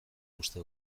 uste